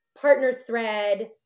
partner-thread